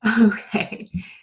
okay